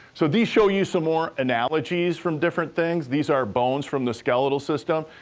so, these show you some more analogies from different things. these are bones from the skeletal system,